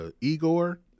Igor